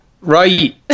Right